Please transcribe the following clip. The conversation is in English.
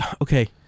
Okay